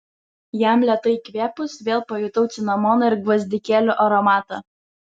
jam lėtai įkvėpus vėl pajutau cinamono ir gvazdikėlių aromatą